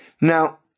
Now